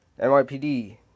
NYPD